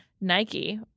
Nike